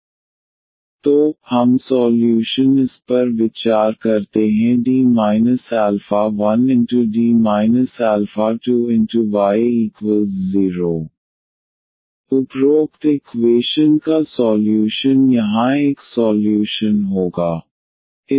⟹D α1D 2y0 ⟹D 2D α1y0 तो हम solution इस पर विचार करते हैं D α1D 2y0 उपरोक्त इक्वेशन का सॉल्यूशन यहां एक सॉल्यूशन होगा